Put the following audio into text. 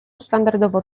standardowo